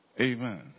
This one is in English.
Amen